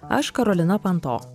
aš karolina panto